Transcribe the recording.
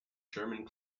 german